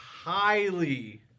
highly